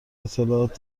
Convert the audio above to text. اطلاعات